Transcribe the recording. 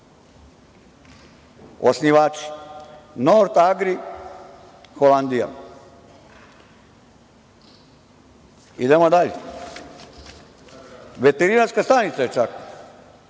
osnivači - „Nortagri“ Holandija. Idemo dalje, Veterinarska stanica je čak